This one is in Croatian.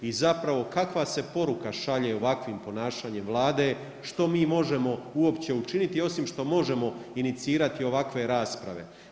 I zapravo kakva se poruka šalje ovakvim ponašanjem Vlade što mi možemo uopće učiniti osim što možemo inicirati ovakve rasprave.